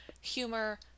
humor